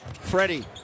freddie